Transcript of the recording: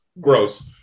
gross